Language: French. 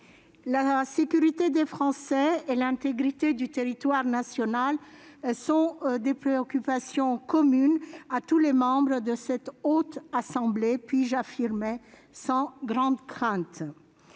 la sécurité des Français et l'intégrité du territoire national sont des préoccupations communes à tous les membres de la Haute Assemblée, je puis l'affirmer sans grande crainte.